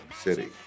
city